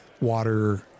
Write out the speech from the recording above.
water